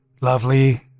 Lovely